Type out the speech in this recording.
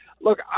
look